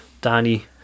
Danny